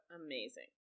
amazing